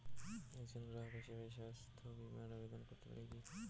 একজন গ্রাহক হিসাবে স্বাস্থ্য বিমার আবেদন করতে পারি কি?